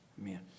amen